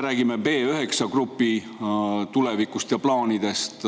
räägime B9 grupi tulevikust ja plaanidest.